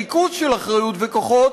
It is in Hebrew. ריכוז של אחריות וכוחות,